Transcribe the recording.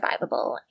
survivable